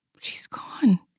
she's gone.